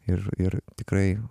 ir ir tikrai